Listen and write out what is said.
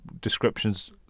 descriptions